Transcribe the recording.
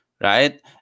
right